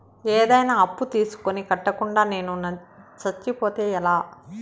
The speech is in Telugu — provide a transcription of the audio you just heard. ఏదైనా అప్పు తీసుకొని కట్టకుండా నేను సచ్చిపోతే ఎలా